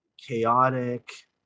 chaotic